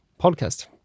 podcast